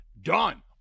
done